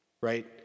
right